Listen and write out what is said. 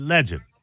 Legend